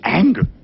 anger